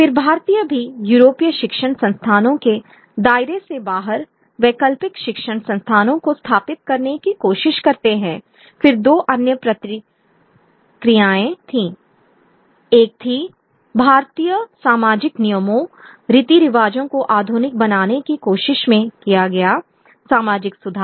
फिर भारतीय भी यूरोपीय शिक्षण संस्थानों के दायरे से बाहर वैकल्पिक शिक्षण संस्थानों को स्थापित करने की कोशिश करते हैं फिर दो अन्य प्रतिक्रियाएं थीं एक थी भारतीय सामाजिक नियमों रीति रिवाजों को आधुनिक बनाने की कोशिश में किया गया सामाजिक सुधार